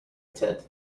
tent